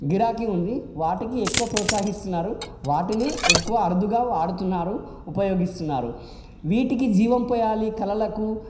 గిరాకీ ఉంది వాటికి ఎక్కువ ప్రోత్సహిస్తున్నారు వాటినే ఎక్కువ అరుదుగా వాడుతున్నారు ఉపయోగిస్తున్నారు వీటికి జీవం పోయాలి కళలకు